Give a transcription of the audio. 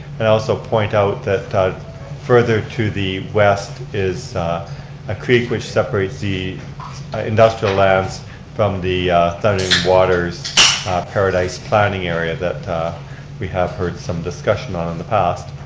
and i also point out that further to the west is a creek which separates the industrial lands from the thundering waters paradise planning area that we have heard some discussion on in the past.